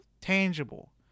tangible